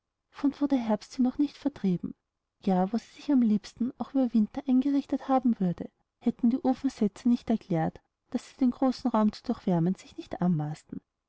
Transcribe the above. von wo der herbst sie noch nicht vertrieben ja wo sie sich am liebsten auch über winter eingerichtet haben würde hätten die ofensetzer nicht erklärt daß sie den großen raum zu durchwärmen sich nicht anmaßten